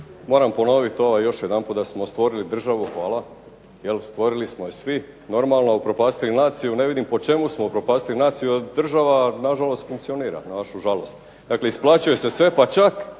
Moram ponoviti ovo još jedanput da smo stvorili državu, jel' stvorili smo je svi, normalno a upropastili naciju. Ne vidim po čemu smo upropastili naciju, jer država na žalost funkcionira na vašu žalost. Dakle, isplaćuje se sve pa čak